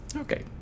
Okay